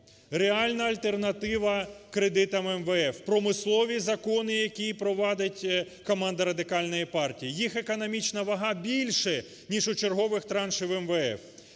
реальна альтернатива кредитам МВФ – промислові закони, які провадить команда Радикальної партії. Їх економічна вага більша, ніж у чергових траншів МВФ.